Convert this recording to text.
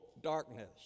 darkness